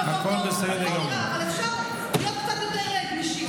אבל אפשר להיות קצת יותר גמישים.